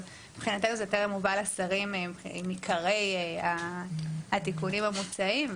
אבל מבחינתנו זה טרם הובא לשרים עם עיקרי התיקונים המוצעים,